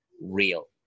real